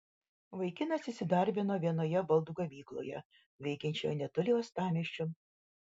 vaikinas įsidarbino vienoje baldų gamykloje veikiančioje netoli uostamiesčio